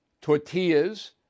tortillas